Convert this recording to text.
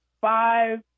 five